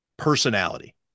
personality